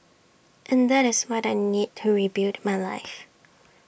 and that is what I need to rebuild my life